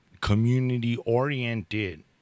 community-oriented